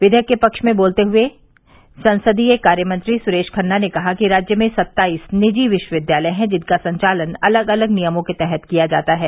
विधेयक के पक्ष में बोलते हुए संसदीय कार्यमंत्री सुरेश खन्ना ने कहा कि राज्य में सत्ताईस निजी विश्वविद्यालय है जिनका संचालन अलग अलग नियमों के तहत किया जाता है